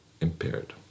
impaired